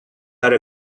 are